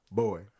boy